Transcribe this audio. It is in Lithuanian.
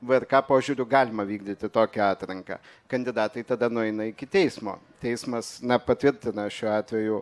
vrk požiūriu galima vykdyti tokią atranką kandidatai tada nueina iki teismo teismas na patvirtina šiuo atveju